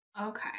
Okay